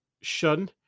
shun